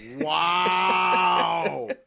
wow